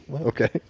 okay